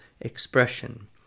expression